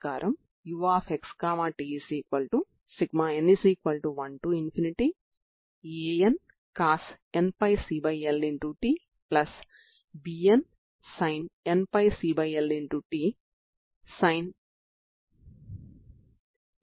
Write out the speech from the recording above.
ఈ యునిక్నెస్ ఇంతకుముందు చూపించిన విధంగానే ఎనర్జీ ఆర్గ్యుమెంట్ ద్వారా చూపించవచ్చు